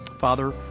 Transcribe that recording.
father